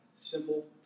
simple